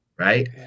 Right